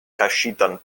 kaŝitan